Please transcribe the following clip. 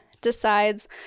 decides